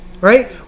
right